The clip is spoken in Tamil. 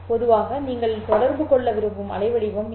பொதுவாக நீங்கள் தொடர்பு கொள்ள விரும்பும் அலைவடிவம் இது